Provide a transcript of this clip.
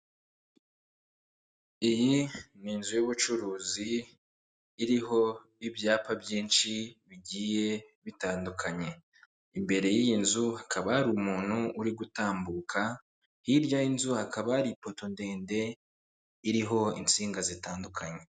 Iyi ni inzu y'ubucuruzi iriho ibyapa byinshi bigiye bitandukanye, imbere yiy'inzu hakaba hari umuntu uri gutambuka hirya y'inzu hakaba ari ipoto ndende iriho insinga zitandukanye.